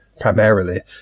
primarily